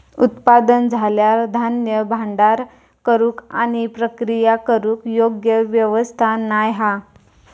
उत्पादन झाल्यार धान्य भांडार करूक आणि प्रक्रिया करूक योग्य व्यवस्था नाय हा